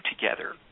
together